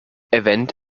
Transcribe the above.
event